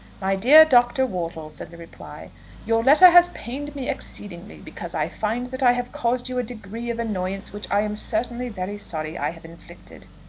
my dear dr. wortle, said the reply your letter has pained me exceedingly, because i find that i have caused you a degree of annoyance which i am certainly very sorry i have inflicted.